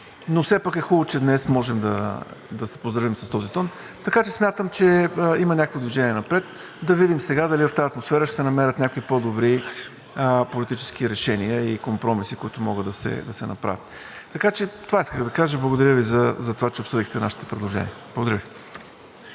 но все пак е хубаво, че днес може да се поздравим с този тон. Смятам, че има някакво движение напред и да видим сега дали в тази атмосфера ще се намерят някои по-добри политически решения и компромиси, които могат да се направят. Това исках да кажа. Благодаря Ви, че обсъдихте нашите предложения. ВРЕМЕНЕН